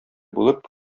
булып